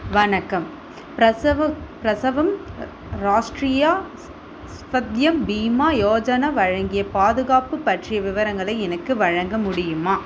வணக்கம் பிரசவ பிரசவம் ராஷ்ட்ரியா ஸ்வத்யம் பீமா யோஜனா வழங்கிய பாதுகாப்பு பற்றிய விவரங்களை எனக்கு வழங்க முடியுமா